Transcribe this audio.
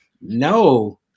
No